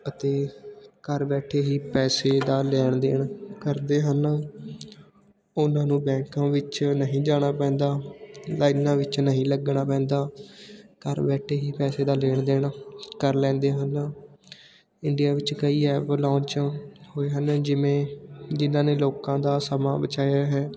ਅਤੇ ਘਰ ਬੈਠੇ ਹੀ ਪੈਸੇ ਦਾ ਲੈਣ ਦੇਣ ਕਰਦੇ ਹਨ ਉਹਨਾਂ ਨੂੰ ਬੈਂਕਾਂ ਵਿੱਚ ਨਹੀਂ ਜਾਣਾ ਪੈਂਦਾ ਲਾਈਨਾਂ ਵਿੱਚ ਨਹੀਂ ਲੱਗਣਾ ਪੈਂਦਾ ਘਰ ਬੈਠੇ ਹੀ ਪੈਸੇ ਦਾ ਲੈਣ ਦੇਣ ਕਰ ਲੈਂਦੇ ਹਨ ਇੰਡੀਆ ਵਿੱਚ ਕਈ ਐਪ ਲੋਂਚ ਹੋਏ ਹਨ ਜਿਵੇਂ ਜਿਨ੍ਹਾਂ ਨੇ ਲੋਕਾਂ ਦਾ ਸਮਾਂ ਬਚਾਇਆ ਹੈ